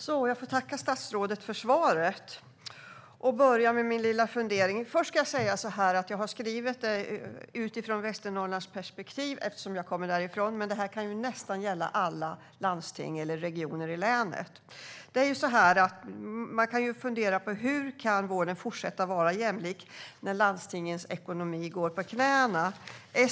Fru talman! Jag tackar statsrådet för svaret, och jag börjar med min lilla fundering. Jag har skrivit interpellationen utifrån ett Västernorrlandsperspektiv eftersom jag kommer därifrån, men detta kan gälla nästan alla landsting eller regioner i länet. Man kan fundera på hur vården kan fortsätta att vara jämlik när landstingens ekonomi går på knäna.